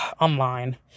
Online